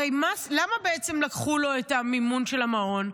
הרי למה בעצם לקחו לו את המימון של המעון?